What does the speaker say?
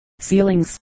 ceilings